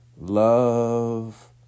Love